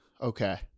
Okay